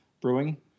Brewing